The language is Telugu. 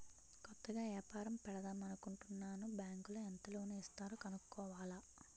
కొత్తగా ఏపారం పెడదామనుకుంటన్నాను బ్యాంకులో ఎంత లోను ఇస్తారో కనుక్కోవాల